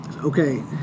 Okay